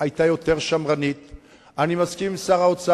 אני מכבד אותו, אני גם מסכים לרישא שלו,